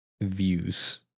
views